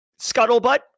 scuttlebutt